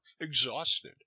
exhausted